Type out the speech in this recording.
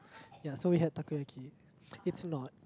ya so we had Takoyaki it's not